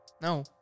No